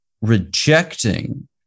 rejecting